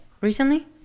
recently